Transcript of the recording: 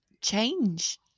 change